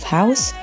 house